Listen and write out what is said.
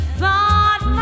thought